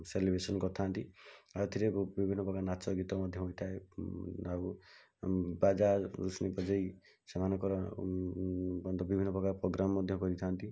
celebration କରିଥାନ୍ତି ଆଉ ଏଥିରେ ବିଭିନ୍ନପ୍ରକାର ନାଚ ଗୀତ ମଧ୍ୟ ହୋଇଥାଏ ଆଉ ବାଜା ରୋଷଣୀ ବଜାଇ ସେମାନଙ୍କର ବିଭିନ୍ନପ୍ରକାର ପ୍ରୋଗ୍ରାମ୍ ମଧ୍ୟ କରିଥାନ୍ତି